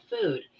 food